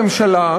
הממשלה,